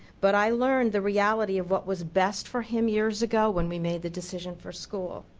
but i learned the reality of what was best for him years ago when we made the decision for school.